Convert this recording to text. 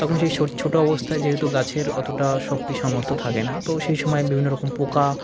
তখন সেই ছোটো অবস্থায় যেহেতু গাছের অতটা শক্তি সামর্থ্য থাকে না তো সেই সময় বিভিন্ন রকম পোকা